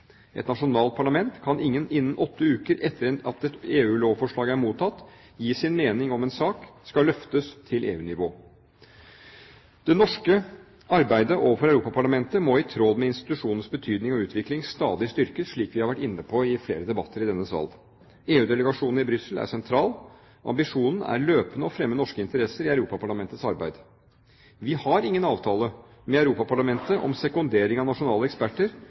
Et nasjonalt parlament kan innen åtte uker etter at et EU-lovforslag er mottatt, gi sin mening om en sak skal løftes til EU-nivå. Det norske arbeidet overfor Europaparlamentet må i tråd med institusjonens betydning og utvikling stadig styrkes, slik vi har vært inne på i flere debatter i denne sal. EU-delegasjonen i Brussel er sentral. Ambisjonen er løpende å fremme norske interesser i Europaparlamentets arbeid. Vi har ingen avtale med Europaparlamentet om sekondering av nasjonale eksperter,